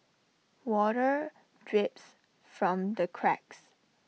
water drips from the cracks